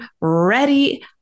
ready